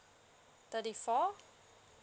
thirty four